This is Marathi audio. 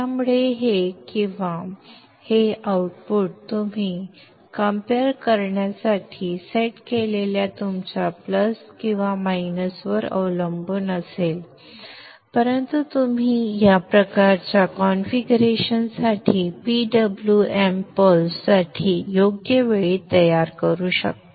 त्यामुळे हे किंवा हे आउटपुट तुम्ही तुलनेसाठी सेट केलेल्या तुमच्या प्लस किंवा मायनसवर अवलंबून असेल परंतु तुम्ही या प्रकारच्या कॉन्फिगरेशन साठी PWM पल्स साठी योग्य वेळी तयार करू शकता